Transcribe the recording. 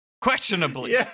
Questionably